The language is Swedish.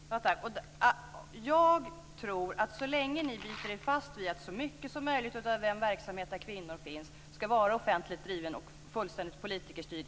Herr talman! Jag tror att det ojämlika samhället kommer att bestå så länge ni biter er fast vid att så mycket som möjligt av den verksamhet där kvinnor finns ska vara offentligt driven och in i minsta detalj politikerstyrd.